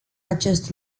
acest